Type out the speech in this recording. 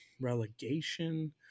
relegation